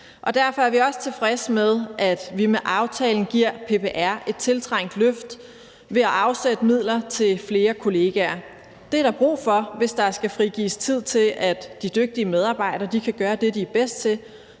Derfor er vi også tilfredse med, at vi med aftalen giver PPR et tiltrængt løft ved at afsætte midler til flere kollegaer. Det er der brug for, hvis der skal frigives tid til, at de dygtige medarbejdere kan gøre det, de er bedst til,